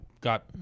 got